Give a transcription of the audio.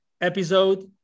episode